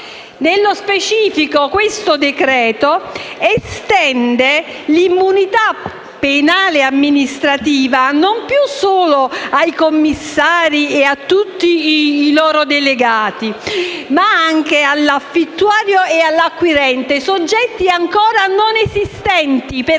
Nello specifico, questo decreto-legge estende l'immunità penale e amministrativa non più solo ai commissari e a tutti i loro delegati, ma anche all'affittuario e all'acquirente, soggetti ancora non esistenti, perché